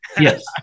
Yes